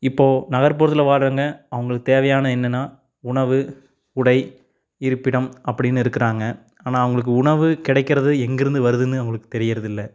இப்போ நகர்புறத்தில் வாழ்கிறவங்க அவங்களுக்கு தேவையானது என்னென்னா உணவு உடை இருப்பிடம் அப்படின்னு இருக்கிறாங்க ஆனால் அவங்களுக்கு உணவு கிடைக்கிறது எங்கேருந்து வருதுன்னு அவங்களுக்கு தெரியிறதில்லை